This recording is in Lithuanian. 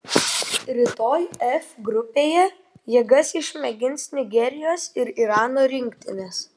rytoj f grupėje jėgas išmėgins nigerijos ir irano rinktinės